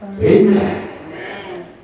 Amen